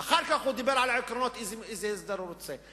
אחר כך הוא דיבר על העקרונות, איזה הסדר הוא רוצה.